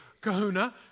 kahuna